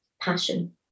passion